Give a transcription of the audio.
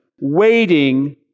waiting